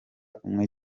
umwe